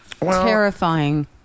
terrifying